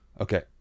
Okay